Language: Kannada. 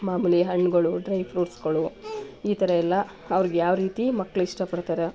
ಮಾಮೂಲಿ ಹಣ್ಗಳು ಡ್ರೈ ಫ್ರೂಟ್ಸ್ಗಳು ಈ ಥರ ಎಲ್ಲ ಅವ್ರ್ಗೆ ಯಾವ ರೀತಿ ಮಕ್ಳು ಇಷ್ಟಪಡ್ತಾರೆ